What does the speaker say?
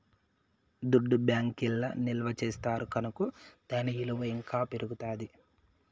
దుడ్డు బ్యాంకీల్ల నిల్వ చేస్తారు కనుకో దాని ఇలువ ఇంకా పెరుగుతాది